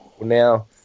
now